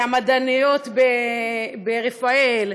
והמדעניות ב"רפאל",